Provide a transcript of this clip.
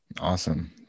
Awesome